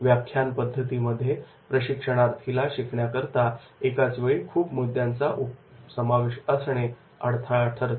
व्याख्यान पद्धतीमध्ये प्रशिक्षणार्थीला शिकण्याकरता एकाच वेळी खूप मुद्द्यांचा समावेश असणे अडथळा ठरते